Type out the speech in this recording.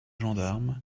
gendarmes